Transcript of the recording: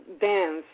dance